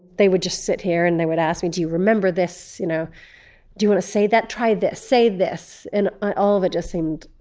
they would just sit here and they would ask me, do you remember this? you know do you want to say that? try this, say this. and all of it seemed.